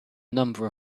number